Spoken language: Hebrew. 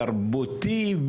תרבותי,